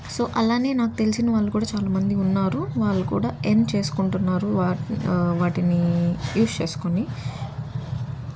so అలానే నాకు తెలిసిన వాళ్ళు కూడా చాలా మంది ఉన్నారు వాళ్ళు కూడా ఎర్న్ చేసుకుంటున్నారు వాటి వాటిని యూస్ చేసుకొని